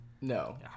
no